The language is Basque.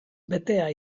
betea